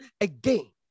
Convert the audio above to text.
again